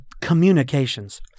communications